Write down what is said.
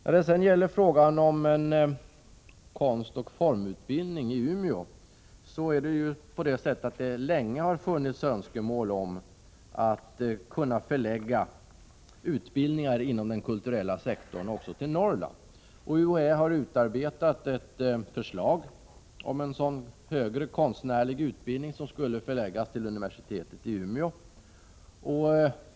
När det sedan gäller frågan om en konstoch formutbildning i Umeå så har det sedan länge funnits önskemål om att kunna förlägga utbildningar inom den kulturella sektorn också till Norrland. UHÄ har nu utarbetat ett förslag om en sådan högre konstnärlig utbildning som skulle förläggas till universite tet i Umeå.